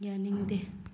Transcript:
ꯌꯥꯅꯤꯡꯗꯦ